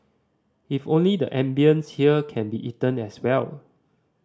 if only the ambience here can be eaten as well